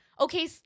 Okay